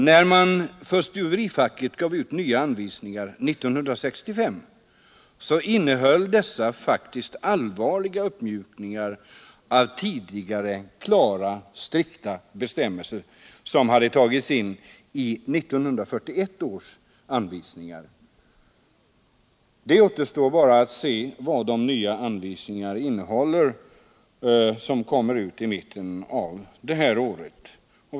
När man 1965 gav ut nya anvisningar för stuverifacket innehöll dessa allvarliga uppmjukningar av de tidigare klara och strikta bestämmelserna i 1941 års anvisningar. Det återstår att se vad de nya anvisningarna, som kommer ut i mitten av detta år, innehåller.